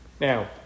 Now